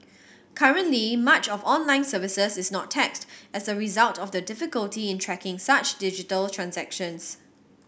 currently much of online services is not taxed as a result of the difficulty in tracking such digital transactions